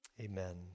Amen